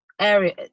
area